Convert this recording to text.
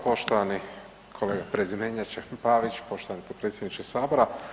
Poštovani kolega prezimenjače Pavić, poštovani potpredsjedniče Sabora.